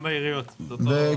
גם בעיריות זה אותו דבר.